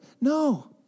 No